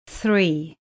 three